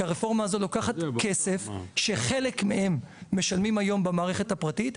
כי הרפורמה הזו לוקחת כסף שחלק מהם משלמים היום במערכת הפרטית,